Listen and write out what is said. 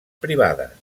privades